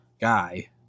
guy